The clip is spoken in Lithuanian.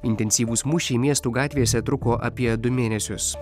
intensyvūs mūšiai miestų gatvėse truko apie du mėnesius